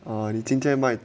哦你今天卖